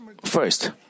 First